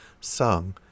sung